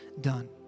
done